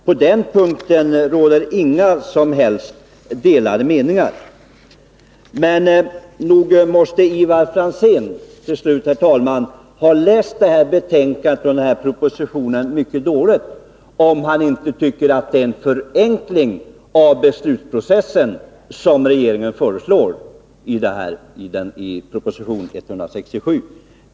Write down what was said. På den punkten råder inga som helst delade meningar. Herr talman! Till sist: Nog måste Ivar Franzén ha läst betänkandet och proposition 167 mycket dåligt, om han inte tycker att regeringens förslag innebär en förenkling av beslutsprocessen.